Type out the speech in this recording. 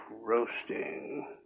Roasting